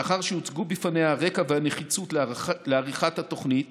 לאחר שהוצגו בפניה הרקע והנחיצות לעריכת התוכנית